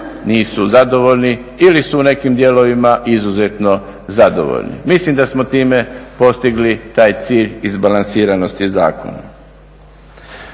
nisu zadovoljni ili su u nekim dijelovima izuzetno zadovoljni. Mislim da smo time postigli taj cilj izbalansiranosti u zakonu.